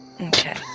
Okay